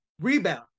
rebound